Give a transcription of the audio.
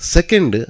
Second